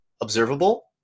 observable